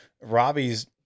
Robbie's